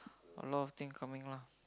a lot of thing coming lah